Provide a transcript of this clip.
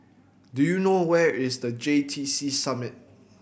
do you know where is The J T C Summit